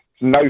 No